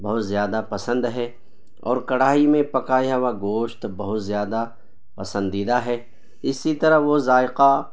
بہت زیادہ پسند ہے اور کڑھائی میں پکایا ہوا گوشت بہت زیادہ پسندیدہ ہے اسی طرح وہ ذائقہ